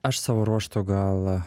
aš savo ruožtu gal